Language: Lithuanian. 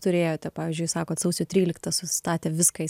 turėjote pavyzdžiui jūs sakot sausio trylikta sustatė viską į